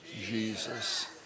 Jesus